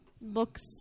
Books